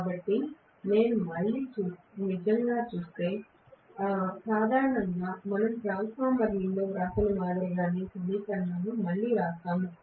కాబట్టి నేను నిజంగా చూస్తే సాధారణంగా ఉంటే మనం ట్రాన్స్ఫార్మర్లో వ్రాసిన మాదిరిగానే సమీకరణాన్ని మళ్ళీ వ్రాస్తాము